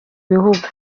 bihugu